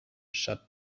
shut